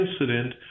incident